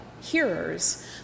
hearers